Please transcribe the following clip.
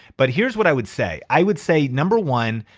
but here's what i would say. i would say number one,